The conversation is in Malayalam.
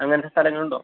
അങ്ങനത്തെ സ്ഥലങ്ങളുണ്ടോ